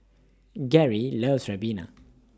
Gerri loves Ribena